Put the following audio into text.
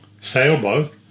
sailboat